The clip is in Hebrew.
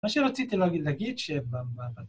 מה שרציתי להגיד שבה...